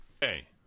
Hey